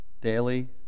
daily